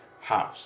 house